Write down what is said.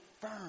firm